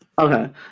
Okay